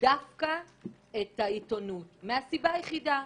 דווקא את העיתונות וזאת מהסיבה היחידה: